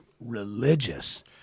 religious